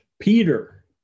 Peter